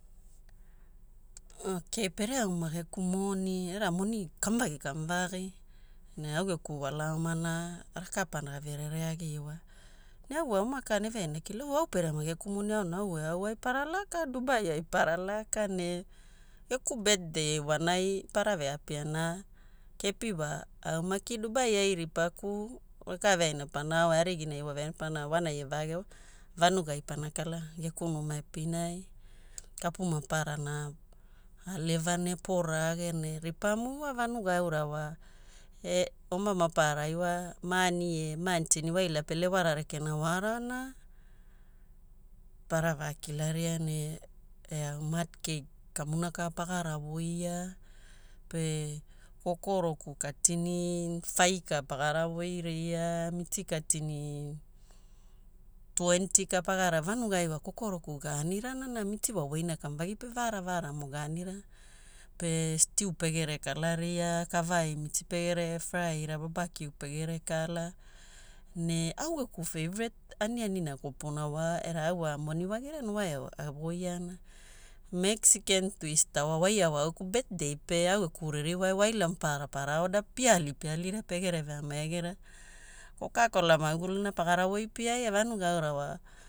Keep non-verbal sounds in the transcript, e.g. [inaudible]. Okai pere au mageku moni era kamuvagi kamugai ne au geku wala omana raka pana verere ai iwa. Ne au wa oala ka eve aina aikilao, oo au pere ma geku moni ne au wa eau ai para laka [laughs] duubaii ai para laka ne geku betdei waanai para apia ila kepi wa, au mak Duubaii ai ripaku, rakaveaina pana ao e ariginai wave aina pana ao waanai e vage voa. Vanuai pana kala geku ririwai epina, kapu maparana aleva nep rage ne ripamu wa vanugai aura wa ee oma maparaai wa maani e maganitini waila rekena lewana rekera waraw. Para vakila ria ne e au maad keik kamuna ka pagara voira, pe kokoroku kaatini fai ka pagara woiria, miiti kaatini twenti ka pagara voira, vanugai wa kokoroku ganirana na miiti wa woina kamuvagi pe vaara vaaramo ganirana. Pe stiu pegere kala ria kavaai miiti pegere fraiira, babku pegere kala. Ne au geku feiret aniani kopuna wa, era wa au wa moniwagia ne au wa eau awoiana, Mexiken twista wa, wara wa au geku betdei pe au geku ririwai voila maparara au geku ririwai para ooda pia ali pia alim pegere veami agira. Kokakola maguguluna pagara wai piaria.